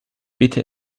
bitte